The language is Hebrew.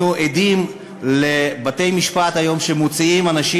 אנחנו עדים לבתי-משפט היום שמוציאים אנשים